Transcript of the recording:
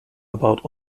about